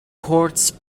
courts